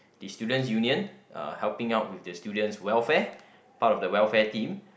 the student's union uh helping out with the student's welfare part of the welfare team